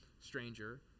stranger